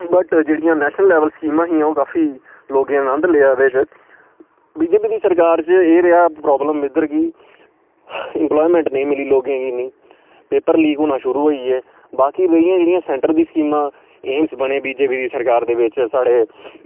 but जेह्ड़ियां national level स्कीमां हियां ओह् काफी लोकें गी आनंद लेआ एह्दे च बीजेपी दी सरकार च एह् रेहा प्रॉब्लम इद्धर कि इम्प्लॉयमेंट नेईं मिली लोकें गी इन्नी पेपर लीक होना शुरू होई गे बाकी रेहियां जेह्ड़ियां सैंटर दियां स्कीमां एम्स बने बीजेपी दी सरकार दे बिच साढ़े